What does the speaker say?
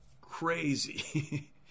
crazy